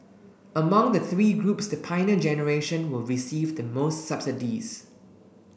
among the three groups the Pioneer Generation will receive the most subsidies